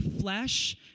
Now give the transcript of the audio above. flesh